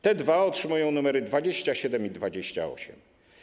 Te dwa otrzymują nr 27 i 28.